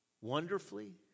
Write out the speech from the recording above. wonderfully